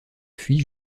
fuit